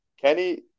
Kenny